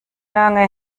lange